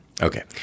Okay